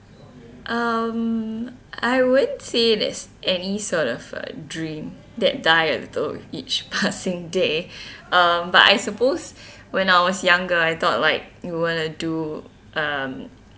um I won't say there's any sort of a dream that die a little with each passing day um but I suppose when I was younger I thought like you want to do um